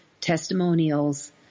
testimonials